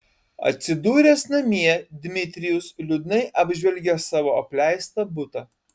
atsidūręs namie dmitrijus liūdnai apžvelgė savo apleistą butą